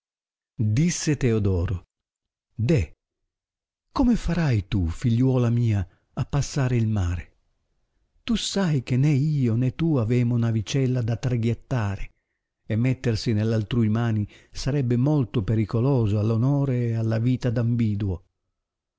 disse teodoro deh come farai tu figliuola mia a passar il mare tu sai che né io né tu avemo navicella da traghiettare e mettersi nell altrui mani sarebbe molto pericoloso all onore e alla vita d ambiduo